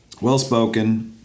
Well-spoken